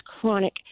chronic